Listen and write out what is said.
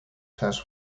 task